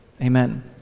Amen